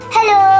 Hello